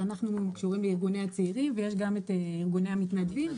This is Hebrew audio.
אנחנו קשורים לארגוני הצעירים ויש גם את ארגוני המתנדבים.